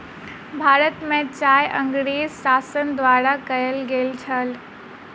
भारत में चाय अँगरेज़ शासन द्वारा कयल गेल छल